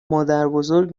مادربزرگ